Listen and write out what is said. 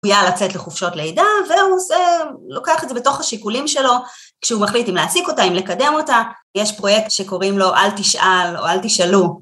לצאת לחופשות לידה, והוא לוקח את זה בתוך השיקולים שלו, כשהוא מחליט אם להעסיק אותה, אם לקדם אותה. יש פרויקט שקוראים לו אל תשאל או אל תשאלו.